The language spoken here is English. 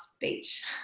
beach